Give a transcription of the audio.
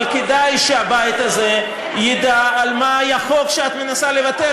אבל כדאי שהבית הזה ידע על מה היה החוק שאת מנסה לבטל,